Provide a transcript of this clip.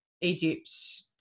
egypt